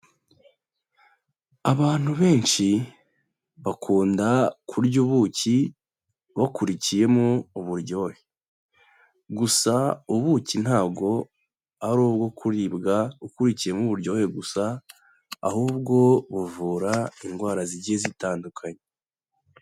Abantu benshi bakunda kurya ubuki, bakurikiyemo uburyohe, gusa ubuki ntabwo ari ubwo kuribwa ukurikiyemo uburyohe gusa, ahubwo buvura indwara zigiye zitandukanye.